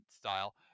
style